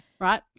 right